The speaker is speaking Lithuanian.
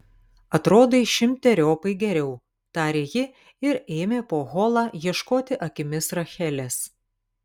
atrodai šimteriopai geriau tarė ji ir ėmė po holą ieškoti akimis rachelės